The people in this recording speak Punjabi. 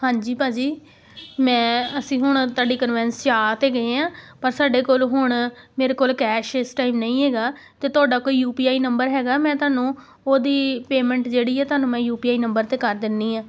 ਹਾਂਜੀ ਭਾਅ ਜੀ ਮੈਂ ਅਸੀਂ ਹੁਣ ਤੁਹਾਡੀ ਕਨਵੈਂਸ 'ਚ ਆ ਤਾਂ ਗਏ ਆ ਪਰ ਸਾਡੇ ਕੋਲ ਹੁਣ ਮੇਰੇ ਕੋਲ ਕੈਸ਼ ਇਸ ਟਾਈਮ ਨਹੀਂ ਹੈਗਾ ਤੇ ਤੁਹਾਡਾ ਕੋਈ ਯੂ ਪੀ ਆਈ ਨੰਬਰ ਹੈਗਾ ਮੈਂ ਤੁਹਾਨੂੰ ਉਹਦੀ ਪੇਮੈਂਟ ਜਿਹੜੀ ਐ ਤੁਹਾਨੂੰ ਮੈਂ ਯੂ ਪੀ ਆਈ ਨੰਬਰ ' ਤੇ ਕਰ ਦਿੰਦੀ ਆ